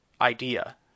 idea